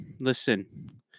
Listen